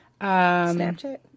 Snapchat